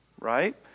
right